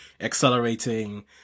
accelerating